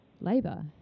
labour